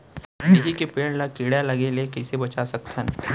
बिही के पेड़ ला कीड़ा लगे ले कइसे बचा सकथन?